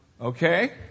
Okay